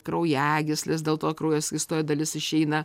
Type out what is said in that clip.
kraujagysles dėl to kraujas kai stoja dalis išeina